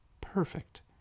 perfect